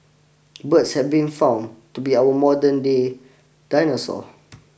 birds have been found to be our modern day dinosaur